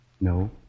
No